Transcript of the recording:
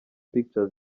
pictures